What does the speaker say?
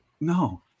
No